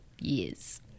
years